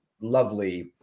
lovely